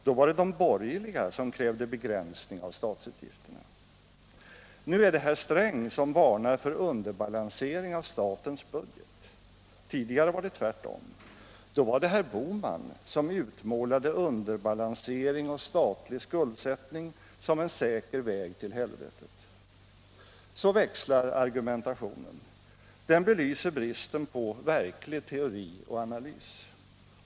Då var det de borgerliga som krävde begränsning av statsutgifterna. Nu är det herr Sträng som varnar för underbalansering av statens budget. Tidigare var det tvärtom. Då var det herr Bohman som utmålade underbalansering och statlig skuldsättning som en säker väg till helvetet. Så växlar argumentationen. Det be lyser bristen på verklig teori och analys.